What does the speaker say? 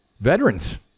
veterans